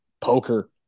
poker